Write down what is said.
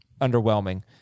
underwhelming